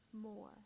more